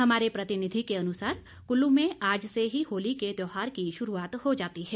हमारे प्रतिनिधि के अनुसार कुल्लू में आज से ही होली के त्योहार की शुरूआत हो जाती है